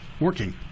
working